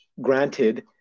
granted